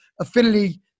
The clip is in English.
affinity